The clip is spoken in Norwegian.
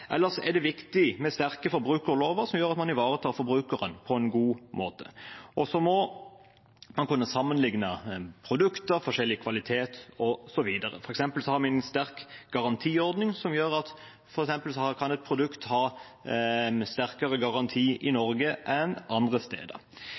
det viktig med sterke forbrukerlover som gjør at man ivaretar forbrukeren på en god måte. Og så må man kunne sammenligne produkter med forskjellig kvalitet, osv. For eksempel har vi en sterk garantiordning som gjør at et produkt kan ha en sterkere garanti i